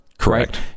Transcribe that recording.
Correct